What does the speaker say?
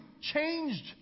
changed